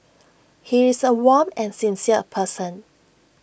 he is A warm and sincere person